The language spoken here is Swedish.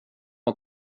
att